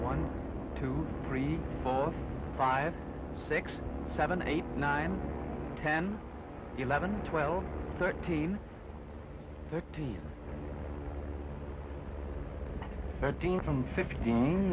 one two three four five six seven eight nine ten eleven twelve thirteen thirteen thirteen from fifteen